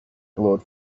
glowed